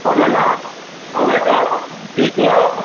பொட்லங்காய் அவரக்காய் பீக்கங்காய்